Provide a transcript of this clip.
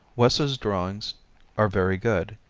wesso's drawings are very good,